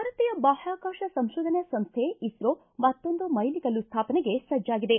ಭಾರತೀಯ ಬಾಹ್ಹಾಕಾಶ ಸಂಶೋಧನಾ ಸಂಸ್ಥೆ ಇಸ್ತೋ ಮತ್ತೊಂದು ಮೈಲಿಗಲ್ಲು ಸ್ವಾಪನೆಗೆ ಸಜ್ವಾಗಿದೆ